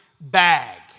bag